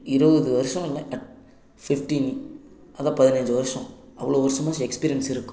இருபது வருஷம் இல்லை ஃபிஃப்டின் அதான் பதினைஞ்சு வருஷம் அவ்வளோ வருஷமா எக்ஸ்பீரியன்ஸ் இருக்கும்